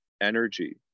energy